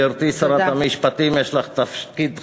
גברתי, שרת המשפטים, יש לך תפקיד חשוב,